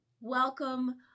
Welcome